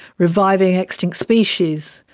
reviving extinct species,